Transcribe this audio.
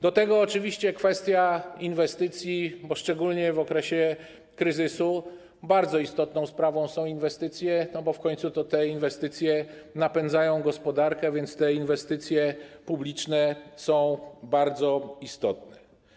Do tego oczywiście kwestia inwestycji, bo szczególnie w okresie kryzysu bardzo istotną sprawą są inwestycje, bo w końcu to te inwestycje napędzają gospodarkę, a więc inwestycje publiczne są bardzo istotne.